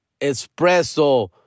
espresso